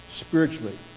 spiritually